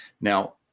Now